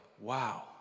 wow